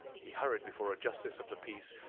he hurried before a justice of the peace,